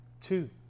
two